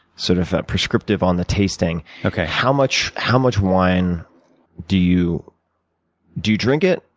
sort of prescriptive on the tasting. how much how much wine do you do you drink it?